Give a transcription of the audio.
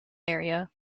area